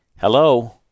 Hello